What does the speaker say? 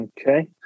Okay